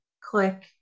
click